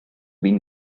been